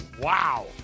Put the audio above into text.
Wow